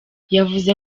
yavuze